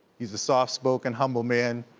he's a soft-spoken, humble man,